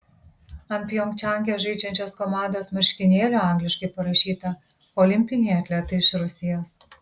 ant pjongčange žaidžiančios komandos marškinėlių angliškai parašyta olimpiniai atletai iš rusijos